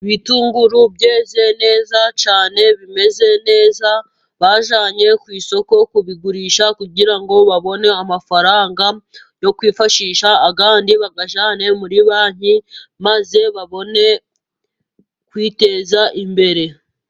Ibitunguru byeze neza cyane bimeze neza bajyanye ku isoko kubigurisha kugira ngo babone amafaranga yo kwifashisha, ayandi bayajyanane muri banki maze babone kwiteza imbere.